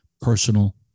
personal